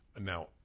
now